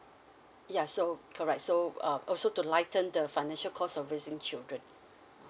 yeah so correct so uh also to lighten the financial cause of raising children